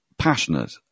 Passionate